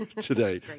today